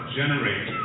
generate